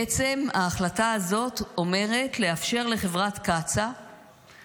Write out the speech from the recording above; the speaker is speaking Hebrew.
בעצם ההחלטה הזאת אומרת לאפשר לחברת קצא"א